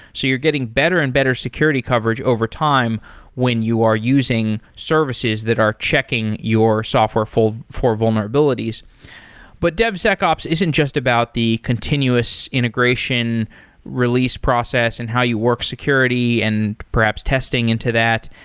so you're getting better and better security coverage over time when you are using services that are checking your software for vulnerabilities but devsecops isn't just about the continuous integration release process and how you work security and perhaps testing into that.